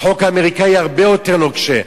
החוק האמריקני הרבה יותר נוקשה.